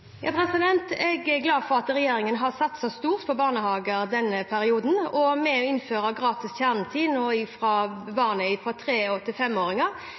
Jeg er glad for at regjeringen har satset stort på barnehager denne perioden. Det at vi har innført gratis kjernetid for 3-, 4- og 5-åringer over hele landet, har ført til